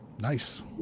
Nice